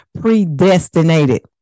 predestinated